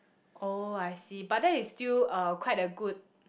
oh I see but that is still uh quite a good